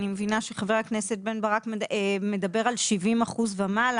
אני מבינה שחבר הכנסת בן ברק מדבר על 70% ומעלה,